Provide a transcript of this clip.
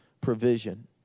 provision